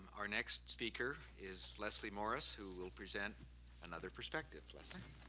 our next speaker is leslie morris who will present another perspective. leslie.